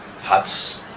huts